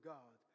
God